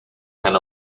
can